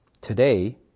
Today